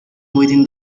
within